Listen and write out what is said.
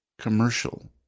commercial